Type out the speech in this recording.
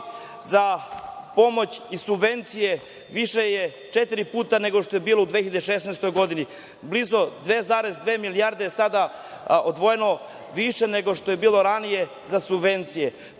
za pomoć i subvencije više je četiri puta nego što je bilo u 2016. godini, blizu 2,2 milijardi je sada odvojeno više nego što je bilo ranije za subvencije. To